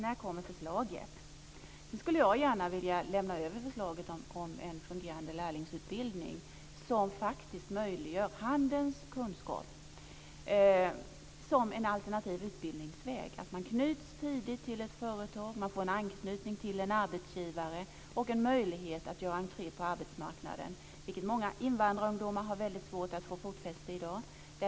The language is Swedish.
När kommer förslaget? Jag skulle också gärna vilja lämna över förslaget om en fungerande lärlingsutbildning som faktiskt möjliggör att handelns kunskaper blir en alternativ utbildningsväg. Man knyts tidigt till ett företag. Man får en anknytning till en arbetsgivare och en möjlighet att göra entré på arbetsmarknaden. Många invandrarungdomar har väldigt svårt att få fotfäste i dag.